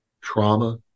trauma